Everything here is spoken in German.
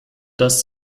das